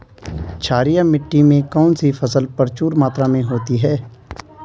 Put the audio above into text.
क्षारीय मिट्टी में कौन सी फसल प्रचुर मात्रा में होती है?